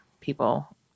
people